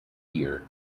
year